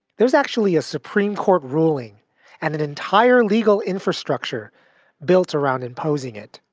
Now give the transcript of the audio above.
there's actually a supreme court ruling and an entire legal infrastructure built around imposing it.